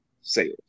sales